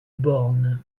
born